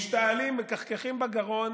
משתעלים, מכחכחים בגרון,